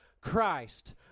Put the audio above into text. Christ